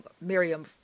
Miriam